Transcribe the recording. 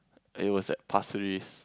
it was at Pasir-Ris